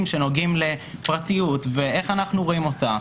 שנוגעים לפרטיות ואיך אנו רואים אותה,